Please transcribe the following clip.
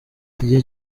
igihe